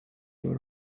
your